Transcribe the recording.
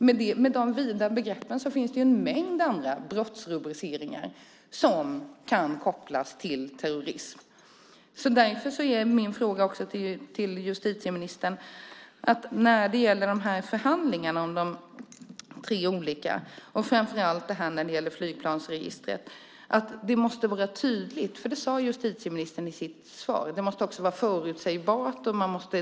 Med de vida begreppen finns det en mängd andra brottsrubriceringar som kan kopplas till terrorism. Därför har jag en fråga till justitieministern. När det gäller förhandlingarna om de tre olika förslagen, framför allt det som gäller flygregistret, måste det hela vara tydligt. Justitieministern sade i sitt svar att det måste vara tydligt, förutsägbart och avgränsat.